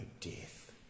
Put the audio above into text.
death